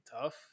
tough